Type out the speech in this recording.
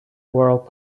world